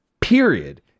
period